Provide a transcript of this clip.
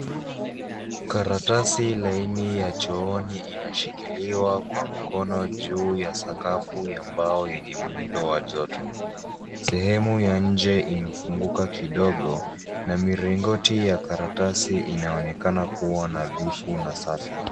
Karatasi laini ya chooni inashikiliwa kwa mkono juu ya sakafu ya mbao yenye muundo wa joto. Sehemu ya nje imefunguka kidogo, na miringoti ya karatasi inaonekana kuwa nadhifu na safi.